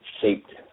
shaped